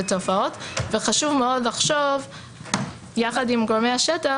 תופעות וחשוב לחשוב יחד עם גורמי השטח,